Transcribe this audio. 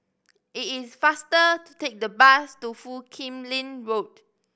it is faster to take the bus to Foo Kim Lin Road